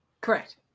Correct